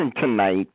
tonight